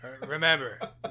Remember